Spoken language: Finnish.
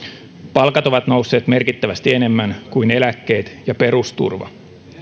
palkat ovat nousseet merkittävästi enemmän kuin eläkkeet ja perusturva